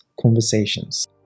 conversations